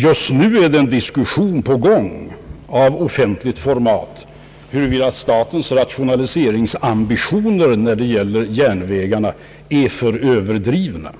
Just nu pågår en offentlig diskussion i frågan huruvida statens rationaliseringsambitioner när det gäller järnvägarna är för överdrivna.